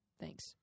Thanks